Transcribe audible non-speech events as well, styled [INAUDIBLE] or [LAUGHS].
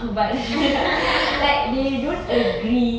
[LAUGHS]